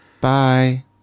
bye